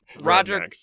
Roger